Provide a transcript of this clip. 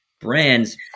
brands